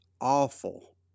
awful